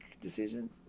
decision